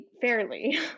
fairly